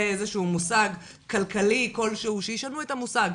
זה איזשהו מושג כלכלי כלשהו שישנו את המושג.